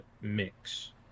mix